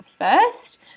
first